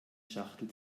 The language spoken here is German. schachtel